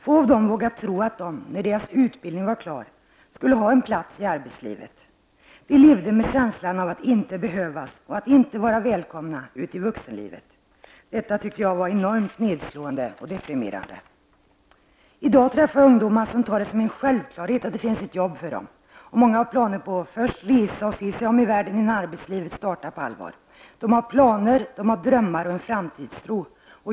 Få av dem vågade tro att de, när deras utbildning var klar, skulle ha en plats i arbetslivet. De levde med känslan av att inte behövas och inte vara välkomna ut i vuxenlivet. Detta tyckte jag var enormt nedslående och deprimerande. I dag träffar jag ungdomar som tar det som en självklarhet att det finns jobb för dem. Många har planer på att först resa och se sig om i världen, innan arbetslivet startar på allvar. De har planer, de har drömmar och de har framtidstro.